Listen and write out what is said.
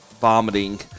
vomiting